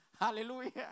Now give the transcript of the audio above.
Hallelujah